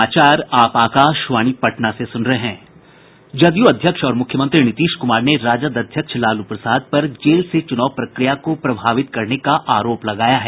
जदयू अध्यक्ष और मुख्यमंत्री नीतीश कुमार ने राजद अध्यक्ष लालू प्रसाद पर जेल से चुनाव प्रक्रिया को प्रभावित करने का आरोप लगाया है